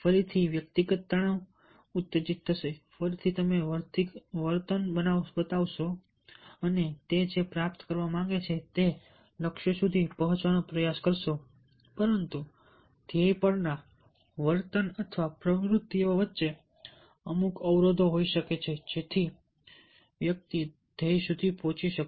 ફરીથી વ્યક્તિગત તણાવ ઉત્તેજિત થશે ફરીથી તમે વર્તન બતાવશો અને તે જે પ્રાપ્ત કરવા માંગે છે તે લક્ષ્ય સુધી પહોંચવાના પ્રયાસો કરશો પરંતુ ધ્યેય પરના વર્તન અથવા પ્રવૃત્તિઓ વચ્ચે અમુક અવરોધો અવરોધો હોઈ શકે છે જેથી વ્યક્તિ ધ્યેય સુધી પહોંચી ન શકે